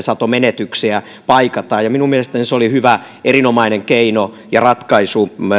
satomenetyksiä paikataan ja minun mielestäni se oli hyvä erinomainen keino ja ratkaisu